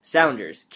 Sounders